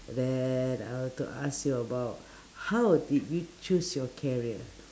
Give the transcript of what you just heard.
then I want to ask you about how did you choose your career